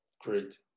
Great